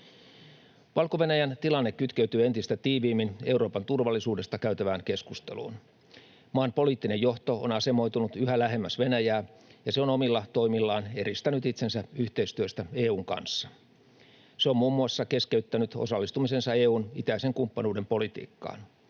Valko-Venäjän tilanne kytkeytyy entistä tiiviimmin Euroopan turvallisuudesta käytävään keskusteluun. Maan poliittinen johto on asemoitunut yhä lähemmäs Venäjää, ja se on omilla toimillaan eristänyt itsensä yhteistyöstä EU:n kanssa. Se on muun muassa keskeyttänyt osallistumisensa EU:n itäisen kumppanuuden politiikkaan.